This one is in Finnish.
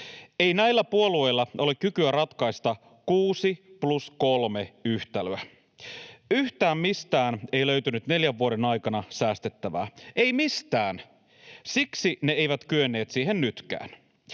Ei näillä puolueilla ole kykyä ratkaista 6+3-yhtälöä. Yhtään mistään ei löytynyt neljän vuoden aikana säästettävää — ei mistään. Siksi ne eivät kyenneet siihen nytkään.